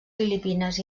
filipines